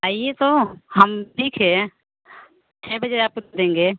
आइए तो हम सीखें छः बजे आपको दे देंगे